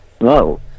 No